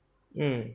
mm